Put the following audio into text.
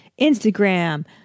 Instagram